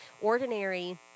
Ordinary